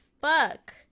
fuck